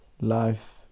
life